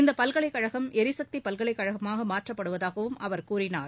இந்த பல்கலைக்கழகம் எரிசக்தி பல்கலைக்கழகமாக மாற்றப்படுவதாகவும் அவர் கூறினார்